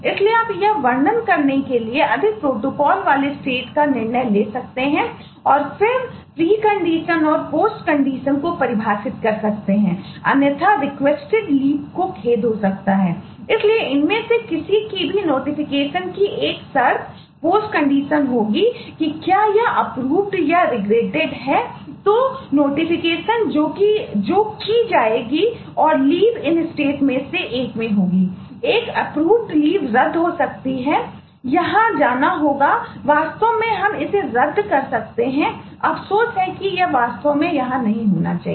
इसलिए आप यह वर्णन करने के लिए अधिक प्रोटोकॉल वाले स्टेट रद्द हो सकती है यहां जाना होगा वास्तव में हम इसे रद्द कर सकते हैं अफसोस है कि यह वास्तव में यहां नहीं होना चाहिए